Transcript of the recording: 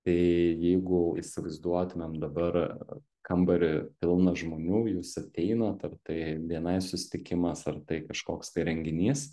tai jeigu įsivaizduotumėm dabar kambarį pilną žmonių jūs ateinat ar tai bni susitikimas ar tai kažkoks renginys